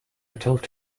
told